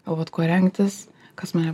galvot kuo rengtis kas mane